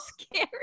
scary